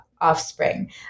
offspring